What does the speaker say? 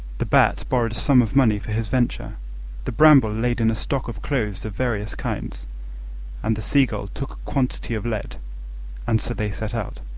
the bat borrowed a sum of money for his venture the bramble laid in a stock of clothes of various kinds and the seagull took a quantity of lead and so they set out.